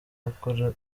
gukora